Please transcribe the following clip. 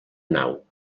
nau